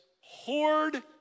hoard